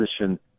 position